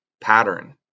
pattern